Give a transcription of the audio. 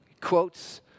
Quotes